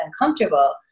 uncomfortable